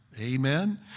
Amen